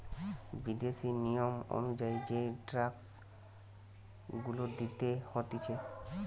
বিদেশি নিয়ম অনুযায়ী যেই ট্যাক্স গুলা দিতে হতিছে